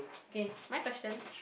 okay my question